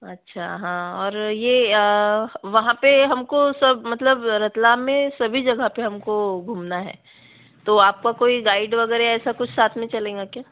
अच्छा हाँ और यह वहाँ पर हमको सब मतलब रतलाम में सभी जगह पर हमको घूमना है तो आपका कोई गाइड वगैरह ऐसा कुछ साथ में चलेगा क्या